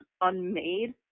unmade